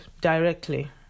directly